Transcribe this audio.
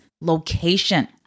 location